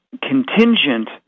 contingent